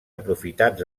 aprofitats